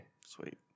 sweet